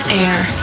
air